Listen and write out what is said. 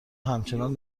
همچنان